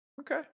Okay